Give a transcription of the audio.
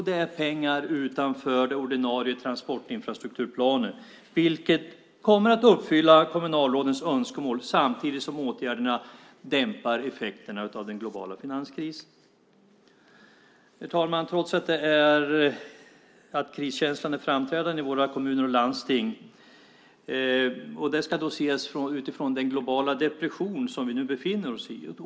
Det är pengar utanför den ordinarie transportinfrastrukturplanen, vilket kommer att uppfylla kommunalrådens önskemål samtidigt som åtgärderna dämpar effekterna av den globala finanskrisen. Herr talman! Kriskänslan är framträdande i våra kommuner och landsting, och den ska ses utifrån den globala depression som vi nu befinner oss i.